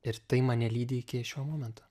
ir tai mane lydi iki šio momento